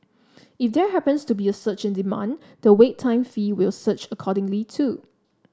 if there happens to be a surge in demand the wait time fee will surge accordingly too